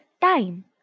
time